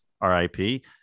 RIP